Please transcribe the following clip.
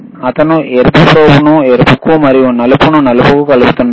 అతను ఎరుపు ప్రోబ్ను ఎరుపుకు మరియు నలుపును నలుపుకు కలుపుతున్నాడు